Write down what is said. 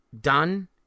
done